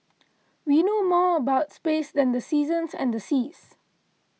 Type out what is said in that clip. we know more about space than the seasons and the seas